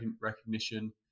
recognition